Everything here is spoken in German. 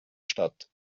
statt